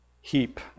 heap